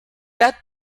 that